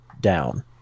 down